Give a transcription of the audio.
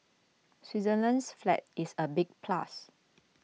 Switzerland's flag is a big plus